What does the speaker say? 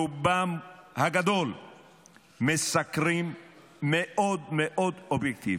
רובם הגדול מסקרים מאוד מאוד אובייקטיביים.